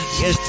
yes